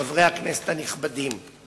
חברי הכנסת הנכבדים,